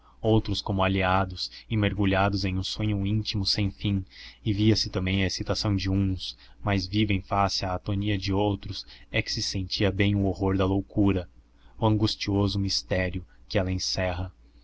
outros como alheados e mergulhados em um sonho íntimo sem fim e via-se também a excitação de uns mais viva em face à atonia de outros é que se sentia bem o horror da loucura o angustioso mistério que ela encerra